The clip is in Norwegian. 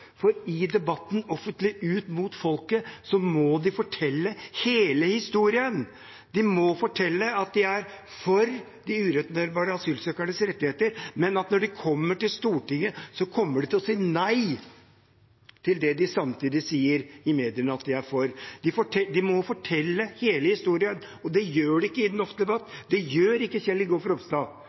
den offentlige debatten. For i den offentlige debatten ut mot folket må de fortelle hele historien. De må fortelle at de er for de ureturnerbare asylsøkernes rettigheter, men at når de kommer til Stortinget, kommer de til å si nei til det de samtidig i mediene sier at de for. De må fortelle hele historien. Det gjør de ikke i den offentlige debatten. Det gjør ikke Kjell Ingolf Ropstad,